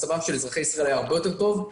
מצבם של אזרחי ישראל היה הרבה יותר טוב.